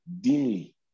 dimly